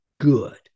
Good